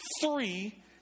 three